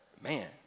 man